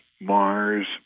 Mars